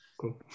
cool